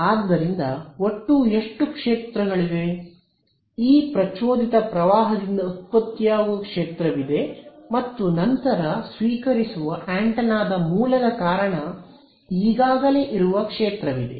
ಆದ್ದರಿಂದ ಒಟ್ಟು ಎಷ್ಟು ಕ್ಷೇತ್ರಗಳಿವೆ ಈ ಪ್ರಚೋದಿತ ಪ್ರವಾಹದಿಂದ ಉತ್ಪತ್ತಿಯಾಗುವ ಕ್ಷೇತ್ರವಿದೆ ಮತ್ತು ನಂತರ ಸ್ವೀಕರಿಸುವ ಆಂಟೆನಾದ ಮೂಲದ ಕಾರಣ ಈಗಾಗಲೇ ಇರುವ ಕ್ಷೇತ್ರವಿದೆ